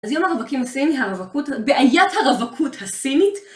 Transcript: אז יום הרווקים הסיני, הרווקות, בעיית הרווקות הסינית,